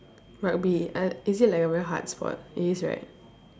rugby uh is it like a very hard sport it is right